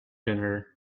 dinner